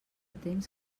temps